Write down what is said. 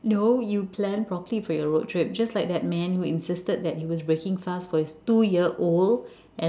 no you plan properly for your road trip just like that man who insisted that he was breaking fast for his two year old